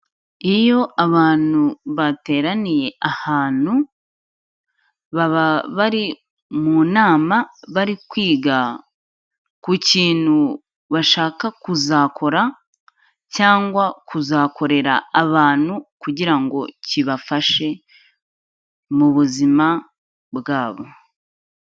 Iyo abantu bateraniye ahantu, baba bari mu nama bari kwiga ku kintu bashaka kuzakora cyangwa kuzakorera abantu kugira ngo kibafashe mu buzima bwabo.